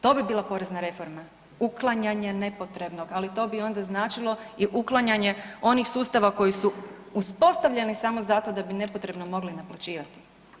To bi bila porezna reforma, uklanjanje nepotrebnog, ali to bi onda značilo i uklanjanje onih sustava koji su uspostavljeni samo zato da bi nepotrebno mogli naplaćivati.